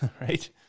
right